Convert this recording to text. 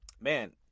man